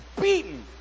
beaten